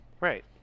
right